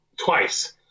twice